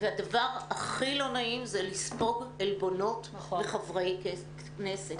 הדבר הכי לא נעים זה לספוג עלבונות מחברי כנסת.